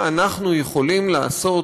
מה אנחנו יכולים לעשות,